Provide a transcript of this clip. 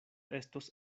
estos